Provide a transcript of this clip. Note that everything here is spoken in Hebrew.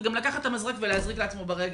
וגם לקחת את המזרק ולהזריק לעצמו ברגל.